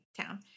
town